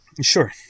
Sure